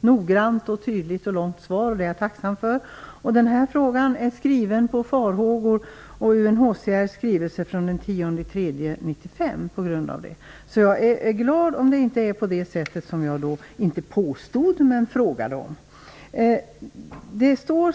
noggrant, tydligt och långt svar, och det är jag tacksam för. Jag har ställt den här frågan utifrån farhågor som jag fick när jag läste UNHCR:s skrivelse från den 10 mars 1995. Jag är därför glad om det inte är på det sättet som jag frågade om - inte påstod, som statsrådet sade.